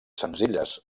senzilles